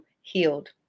healed